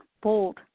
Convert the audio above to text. bold